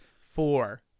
four